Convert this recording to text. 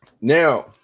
Now